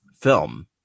film